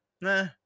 nah